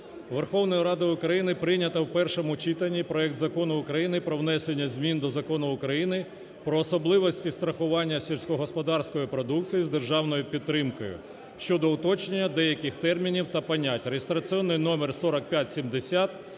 Верховною Радою України прийнято в першому читанні проект Закону про внесення змін до Закону України "Про особливості страхування сільськогосподарської продукції з державною підтримкою" (щодо уточнення деяких термінів та понять) (реєстраційний номер 4570,